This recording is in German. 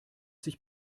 sich